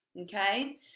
okay